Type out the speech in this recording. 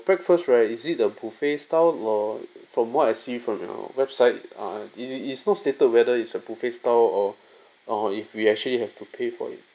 breakfast right is it a buffet style lor from what I see from your website uh it's it's not stated whether it's a buffet style or or if we actually have to pay for it